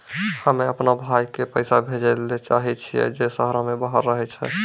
हम्मे अपनो भाय के पैसा भेजै ले चाहै छियै जे शहरो से बाहर रहै छै